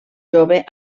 jove